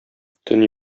төн